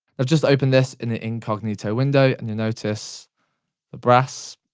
just open this in an incognito window, and you notice the brass.